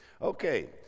Okay